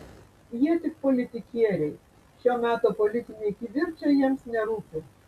jie tik politikieriai šio meto politiniai kivirčai jiems nerūpi